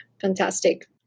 fantastic